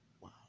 wow